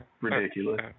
ridiculous